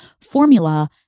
formula